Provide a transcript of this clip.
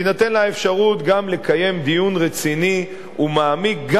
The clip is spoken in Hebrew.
תינתן לה האפשרות גם לקיים דיון רציני ומעמיק,